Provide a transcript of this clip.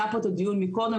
היה פה הדיון קודם,